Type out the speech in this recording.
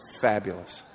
fabulous